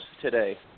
today